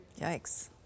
Yikes